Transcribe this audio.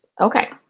Okay